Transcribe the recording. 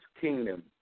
kingdom